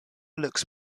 looks